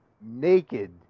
naked